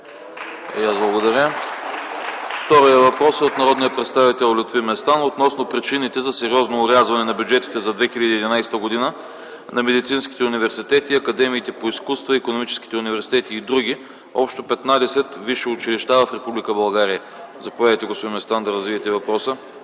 Благодаря. Вторият въпрос е от народния представител Лютви Местан относно причините за сериозно орязване на бюджетите за 2011 г. на медицинските университети, академиите по изкуства, икономическите университети и други – общо 15 висши училища в Република България. Господин Местан, заповядайте да развиете въпроса